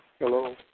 Hello